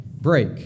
break